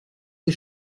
des